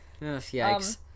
yikes